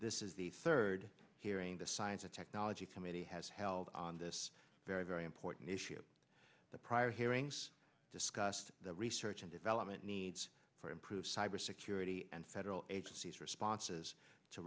this is the third hearing the science and technology committee has held on this very very important issue the prior hearings discussed the research and development needs for improved cyber security and federal agencies responses to